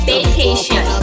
Vacation